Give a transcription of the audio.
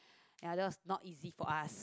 ya that was not easy for us